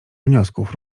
wniosków